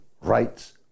rights